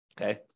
Okay